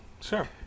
sure